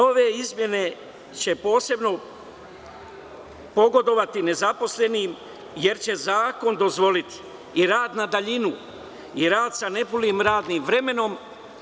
Nove izmene će posebno pogodovati nezaposlenim jer će zakon dozvoliti i rad na daljinu i rad sa nepunim radnim vremenom.